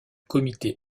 comité